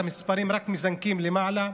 המספרים רק מזנקים למעלה,